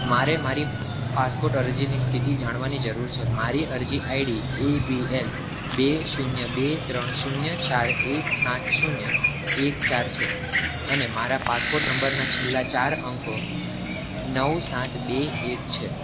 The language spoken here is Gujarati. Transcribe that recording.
મારે મારી પાસપોટ અરજીની સ્થિતિ જાણવાની જરૂર છે મારી અરજી આઈડી એ પી એલ બે શૂન્ય બે ત્રણ શૂન્ય ચાર એક સાત શૂન્ય એક ચાર છે અને મારા પાસપોર્ટ નંબરના છેલ્લા ચાર અંકો નવ સાત બે એક છે